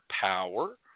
power